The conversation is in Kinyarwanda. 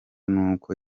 n’uko